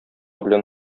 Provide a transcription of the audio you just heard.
белән